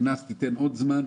לגבי הקנס תיתן עוד זמן.